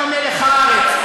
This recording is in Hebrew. אנחנו מלח הארץ.